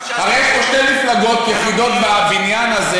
הרי יש פה שתי מפלגות יחידות בבניין הזה